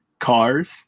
Cars